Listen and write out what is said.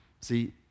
See